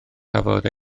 cafodd